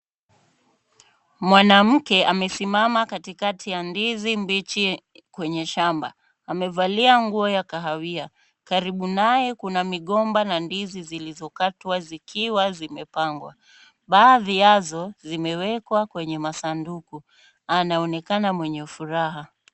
Mwanamke amesimama katikati ya ndizi mbichi kwenye shamba. Amevalia nguo ya kahawia. Karibu naye kuna migomba na ndizi zilizokatwa zikiwa zimepangwa. Baadhi yazo zimewekwa kwenye masanduku. Anaonekana mwenye furaha.